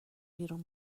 بیرون